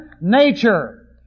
nature